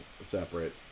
separate